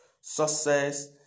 Success